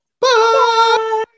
Bye